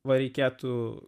va reikėtų